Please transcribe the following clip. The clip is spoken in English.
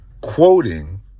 quoting